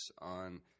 on